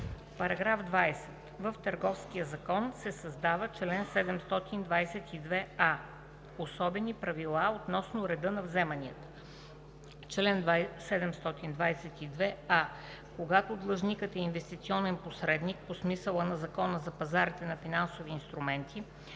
§ 20: „§ 20. В Търговския закон (обн., ДВ, бр. …) се създава чл. 722а: „Особени правила относно реда на вземанията Чл. 722а. Когато длъжникът е инвестиционен посредник по смисъла на Закона за пазарите на финансови инструменти,